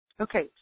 Okay